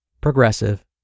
progressive